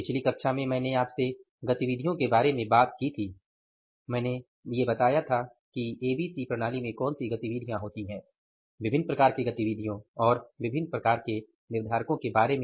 पिछली कक्षा में मैंने आपसे गतिविधियों के बारे में कुछ बात की थी विभिन्न प्रकार की गतिविधियों और विभिन्न प्रकार के निर्धारकों के बारे में